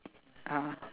uh